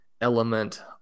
element